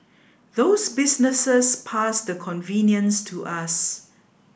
those businesses pass the convenience to us